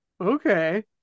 Okay